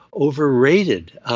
overrated